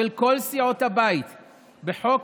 של כל סיעות הבית בחוק,